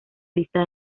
lista